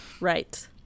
Right